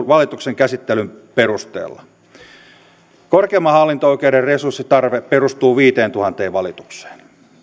valitusten käsittelyn perusteella korkeimman hallinto oikeuden resurssitarve perustuu viiteentuhanteen valitukseen